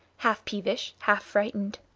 half peevish, half frightened.